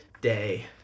day